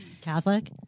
Catholic